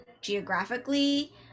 geographically